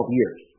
years